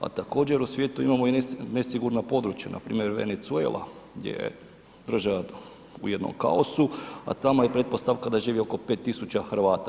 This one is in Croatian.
A također u svijetu imamo i nesigurna područja, npr. Venezuela gdje država u jednom kaosu a tamo je pretpostavka da živi oko 5 tisuća Hrvata.